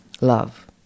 love